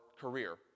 career